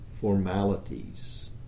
formalities